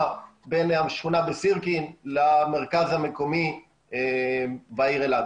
בין השכונה בסירקין למרכז המקומי בעיר אלעד.